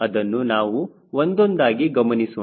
ಅದನ್ನು ನಾವು ಒಂದೊಂದಾಗಿ ಗಮನಿಸೋಣ